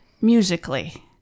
musically